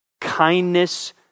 kindness